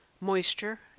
moisture